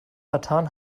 vertan